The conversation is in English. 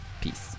Peace